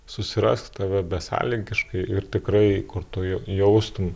susirast tave besąlygiškai ir tikrai kur tu jaustum